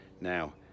Now